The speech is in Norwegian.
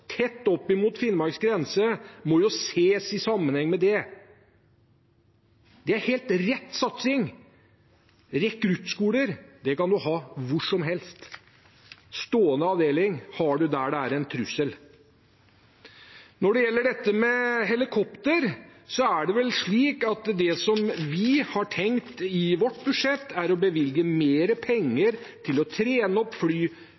tett opp mot Finnmarks grense, må ses i sammenheng med det. Det er helt rett satsing. Rekruttskoler kan man ha hvor som helst. En stående avdeling har man der det er en trussel. Når det gjelder helikoptre, er det vi har tenkt i vårt budsjett, å bevilge mer penger til å trene opp